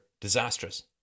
disastrous